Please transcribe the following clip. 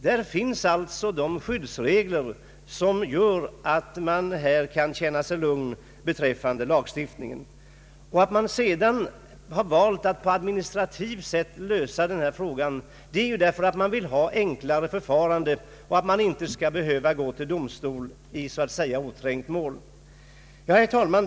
Det finns alltså skyddsregler som gör att man kan känna sig lugn beträffande lagstiftningen. Man har valt att lösa denna fråga på administrativ väg därför att man vill ha ett enklare förfarande där sakägarna inte skall behöva gå till domstol i oträngt mål. Herr talman!